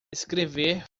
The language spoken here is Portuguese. escrever